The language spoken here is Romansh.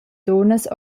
dunnas